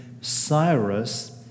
Cyrus